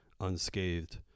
unscathed